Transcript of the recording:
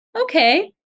okay